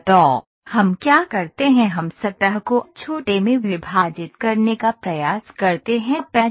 तो हम क्या करते हैं हम सतह को छोटे में विभाजित करने का प्रयास करते हैं पैच